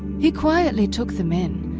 he quietly took them in,